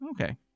okay